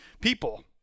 people